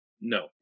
No